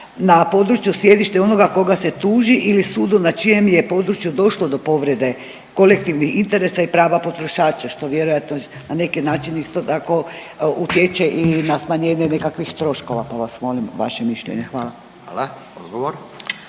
na području sjedišta onoga koga se tuži ili sudu na čijem je području došlo do povrede kolektivnih interesa i prava potrošača što vjerojatno na neki način isto tako utječe i na smanjenje nekakvih troškova, pa vas molim vaše mišljenje. Hvala. **Radin,